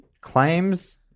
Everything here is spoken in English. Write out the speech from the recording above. Claims